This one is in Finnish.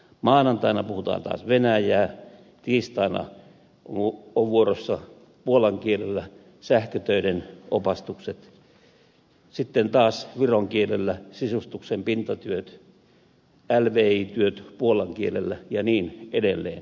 maanantaina puhutaan taas venäjää tiistaina ovat vuorossa puolan kielellä sähkötöiden opastukset sitten taas viron kielellä sisustuksen pintatyöt lvi työt puolan kielellä ja niin edelleen